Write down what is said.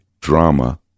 drama